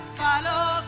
follow